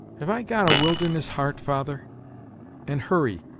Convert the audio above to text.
have i got a wilderness heart, father and hurry,